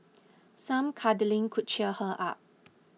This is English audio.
some cuddling could cheer her up